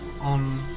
on